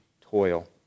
toil